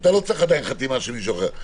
אתה לא צריך עדיין חתימה של מישהו אחר.